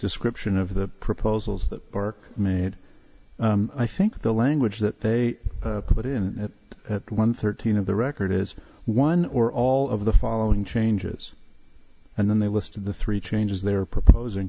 description of the proposals that work made i think the language that they put in one thirteen of the record is one or all of the following changes and then they list the three changes they're proposing